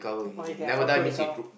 oh he can auto recover